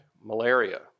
malaria